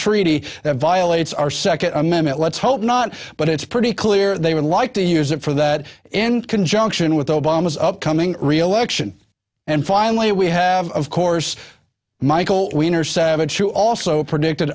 treaty that violates our second amendment let's hope not but it's pretty clear they would like to use it for that in conjunction with obama's upcoming reelection and finally we have of course michael wiener savage who also predicted